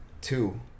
two